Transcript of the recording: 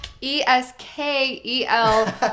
E-S-K-E-L